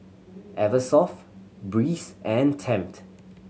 Eversoft Breeze and Tempt